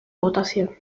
votación